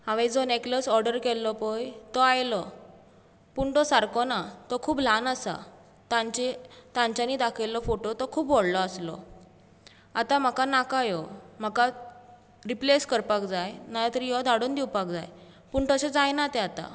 हांवें जो necklace order केल्लो पळय तो आयलो पूण तो सारको ना तो खूब ल्हान आसा तांची तांच्यानी दाखयल्लो फोटो तो खूब व्हडलो आसलो आतां म्हाका नाका ह्यो म्हाका रिप्लेस करपाक जाय नाजाल्यार तरी हो धाडून दिवपाक जाय पूण तशें जायना तें आतां